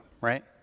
right